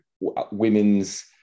Women's